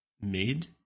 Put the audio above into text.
mid